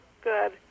Good